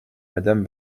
madame